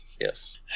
Yes